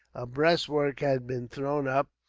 a breastwork had been thrown up,